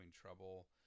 trouble